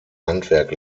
handwerk